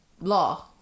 law